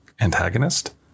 antagonist